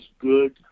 good